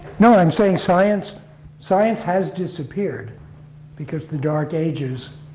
no, i'm saying science science has disappeared because the dark ages